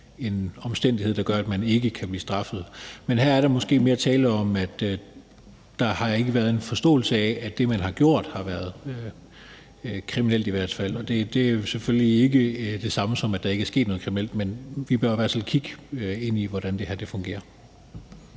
en omstændighed, der gør, at man ikke kan blive straffet, men her er der måske mere tale om, at der ikke har været en forståelse af, at det, man har gjort, faktisk har været kriminelt. Det er selvfølgelig ikke det samme, som at der ikke er sket noget kriminelt, men vi bør i hvert fald kigge ind i, hvordan det her fungerer.